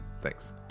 Thanks